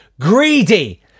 Greedy